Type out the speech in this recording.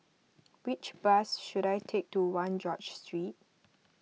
which bus should I take to one George Street